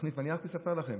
אני רק אספר לכם